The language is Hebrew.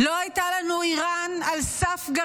לא הייתה לנו איראן סף-גרעינית,